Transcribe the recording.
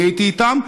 אני הייתי איתם,